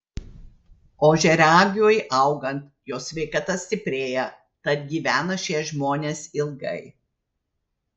ožiaragiui augant jo sveikata stiprėja tad gyvena šie žmonės ilgai